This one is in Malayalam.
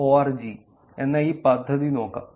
org എന്ന ഈ പദ്ധതി നോക്കാം